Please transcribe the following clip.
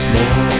More